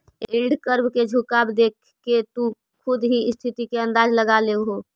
yield curve के झुकाव देखके तु खुद ही स्थिति के अंदाज लगा लेओ